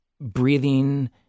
breathing